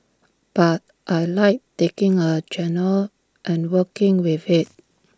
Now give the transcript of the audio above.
but I Like taking A genre and working with IT